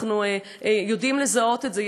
אנחנו יודעים לזהות את זה.